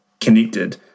connected